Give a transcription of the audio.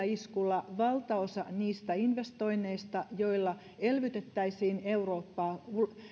iskulla valtaosa niistä investoinneista joilla elvytettäisiin eurooppaa